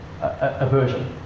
aversion